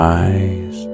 eyes